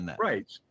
Right